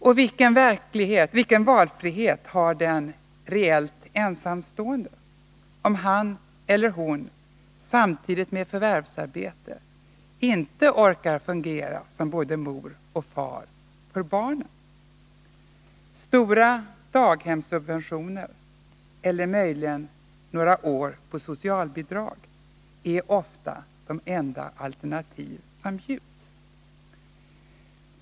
Och vilken valfrihet har en reellt ensamstående, om han eller hon samtidigt med förvärvsarbete inte orkar fungera som både mor och far för barnen? Stora daghemssubventioner eller möjligen några år på socialbidrag är ofta de enda alternativ som bjuds.